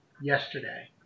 yesterday